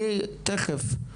תכף.